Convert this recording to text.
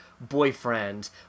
boyfriend